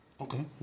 Okay